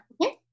Okay